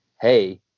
hey